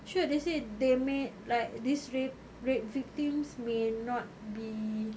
sure they say they may like these rape rape victims may not be